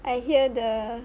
I hear the